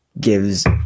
gives